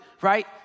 right